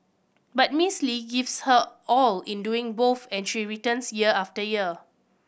but Miss Lee gives her all in doing both and she returns year after year